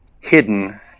hidden